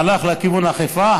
הלך לכיוון אכיפה,